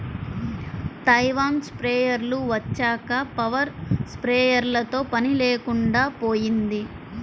Taiwan స్ప్రేయర్లు వచ్చాక power స్ప్రేయర్లతో పని లేకుండా పోయింది